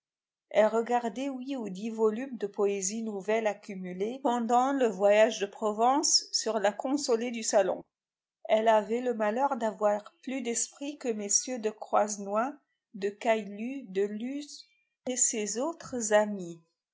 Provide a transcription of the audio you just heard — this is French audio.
elle regardait huit ou dix volumes de poésies nouvelles accumulés pendant le voyage de provence sur la consolé du salon elle avait le malheur d'avoir plus d'esprit que mm de croisenois de caylus de luz et ses autres amis